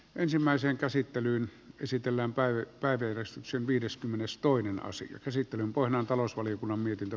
ensimmäiseen käsittelyyn esitelläänpä yöpäivystyksen viideskymmenestoinen osa käsittelee vuonna talousvaliokunnan mietintö